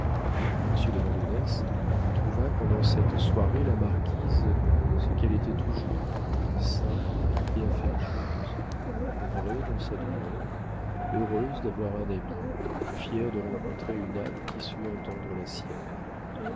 de vandenesse trouva pendant cette soirée la marquise ce qu'elle était toujours simple et affectueuse vraie dans sa douleur heureuse d'avoir un ami fière de rencontrer une âme qui sût entendre la sienne